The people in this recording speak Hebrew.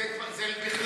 זה בכלל,